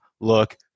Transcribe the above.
look